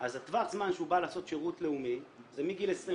אז טווח הזמן שהוא בא לעשות שירות לאומי זה מגיל 21,